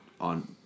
on